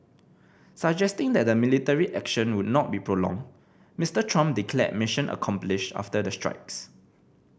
suggesting that the military action would not be prolonged Mister Trump declared mission accomplished after the strikes